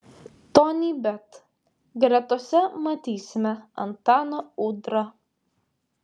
tonybet gretose matysime antaną udrą